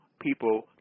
people